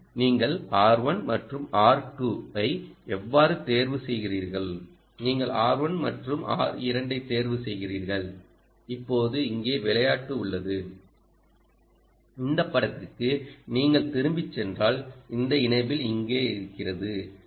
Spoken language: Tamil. மற்றும் நீங்கள் R1 மற்றும் R2 ஐ எவ்வாறு தேர்வு செய்கிறீர்கள் நீங்கள் R1 மற்றும் R2 ஐ தேர்வு செய்கிறீர்கள் இப்போது இங்கே விளையாட்டு உள்ளது இந்த படத்திற்கு நீங்கள் திரும்பிச் சென்றால் இந்த எனேபிள் இங்கே இருக்கிறது